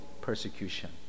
persecution